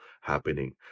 happening